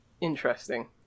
interesting